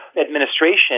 administration